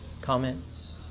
Comments